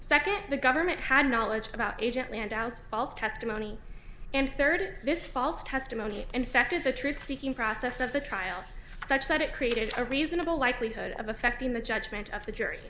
second the government had knowledge about asia and aus false testimony and third this false testimony in fact is the truth seeking process of the trial such that it created a reasonable likelihood of affecting the judgment of the jury